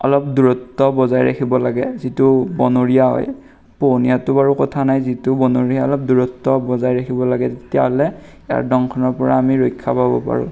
অলপ দূৰত্ব বজাই ৰাখিব লাগে যিটো বনৰীয়া হয় পুহনীয়াটো বাৰু কথা নাই যিটো বনৰীয়া অলপ দূৰত্ব বজাই ৰাখিব লাগে তেতিয়াহ'লে দংশনৰ পৰা আমি ৰক্ষা পাব পাৰোঁ